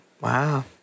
Wow